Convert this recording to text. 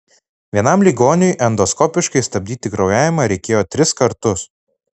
vienam ligoniui endoskopiškai stabdyti kraujavimą reikėjo tris kartus